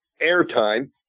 airtime